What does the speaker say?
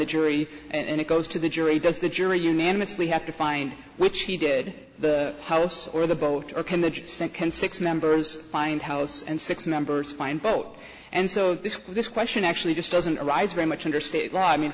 the jury and it goes to the jury does the jury unanimously have to find which he did the house or the boat or can the second six members find house and six members find out and so this this question actually just doesn't arise very much under state law i mean